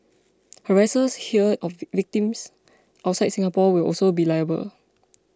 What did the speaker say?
harassers here of the victims outside Singapore will also be liable